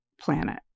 planet